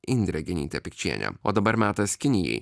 indrė genytė pikčienė o dabar metas kinijai